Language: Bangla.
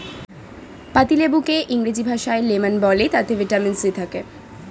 পাতিলেবুকে ইংরেজি ভাষায় লেমন বলে তাতে ভিটামিন সি থাকে